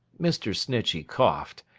mr. snitchey coughed,